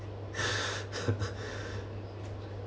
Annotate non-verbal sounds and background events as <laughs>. <laughs>